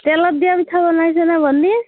তেলত দিয়া পিঠা বনাইছ' নে বৰ্নিৰ